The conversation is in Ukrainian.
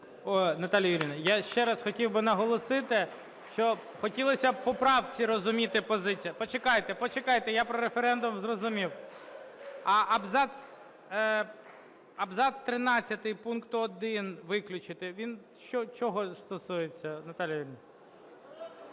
Наталія Юріївна, я ще раз хотів би наголосити, що хотілось би по правці розуміти позицію. (Шум у залі) Почекайте, почекайте! Я про референдум зрозумів. Абзац тринадцятий пункту 1 виключити – він чого стосується, Наталія Юріївна?